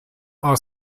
are